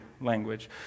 language